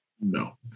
No